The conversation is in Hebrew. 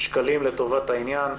שקלים לטובת העניין.